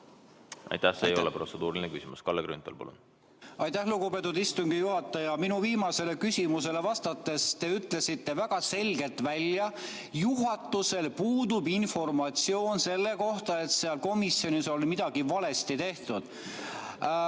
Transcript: Aitäh! See ei ole protseduuriline küsimus. Kalle Grünthal, palun! Aitäh, lugupeetud istungi juhataja! Minu viimasele küsimusele vastates te ütlesite väga selgelt välja: juhatusel puudub informatsioon selle kohta, et komisjonis on midagi valesti tehtud.